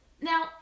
Now